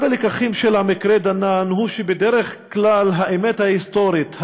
אחד הלקחים של המקרה דנן הוא שבדרך כלל האמת ההיסטורית,